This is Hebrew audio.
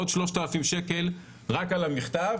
עוד 3,000 שקלים רק על המכתב,